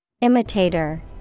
Imitator